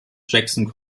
jacksons